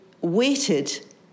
waited